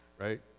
right